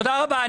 תודה רבה.